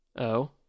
Oh